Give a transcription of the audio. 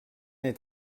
est